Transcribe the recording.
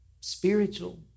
spiritual